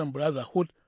Brotherhood